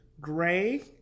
Gray